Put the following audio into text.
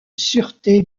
sûreté